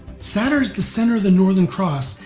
sadr is the center of the northern cross,